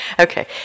Okay